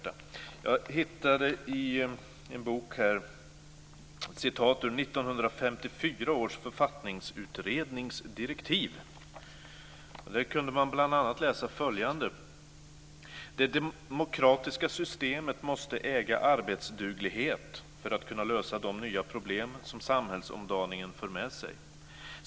I en bok har jag hittat ett utdrag ur 1954 års författningsutrednings direktiv. Man kan bl.a. läsa följande: Det demokratiska systemet måste äga arbetsduglighet för att kunna lösa de nya problem som samhällsomdaningen för med sig.